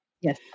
Yes